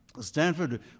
Stanford